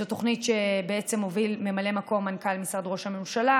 זאת תוכנית שהוביל ממלא מקום מנכ"ל משרד ראש הממשלה,